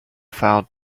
found